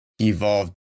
evolved